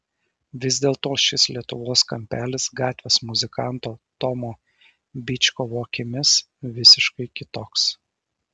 vis dėlto šis lietuvos kampelis gatvės muzikanto tomo byčkovo akimis visiškai kitoks